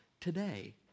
today